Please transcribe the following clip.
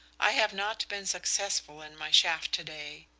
i have not been successful in my chaff to-day.